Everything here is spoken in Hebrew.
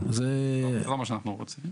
זה לא מה שאנחנו רוצים.